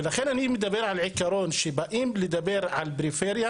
ולכן אני מדבר על עיקרון כשבאים לדבר על פריפריה